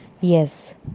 Yes